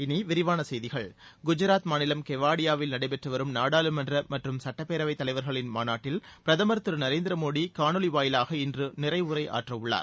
இனி விரிவான செய்திகள் குஜராத் மாநிலம் கெவாடியாவில் நடைபெற்று வரும் நாடாளுமன்ற மற்றும் சுட்டப்பேரவை தலைவர்களின் மாநாட்டில் பிரதமர் திரு நரேந்திர மோடி காணொளி வாயிலாக இன்று நிறைவுரையாற்ற உள்ளார்